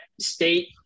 state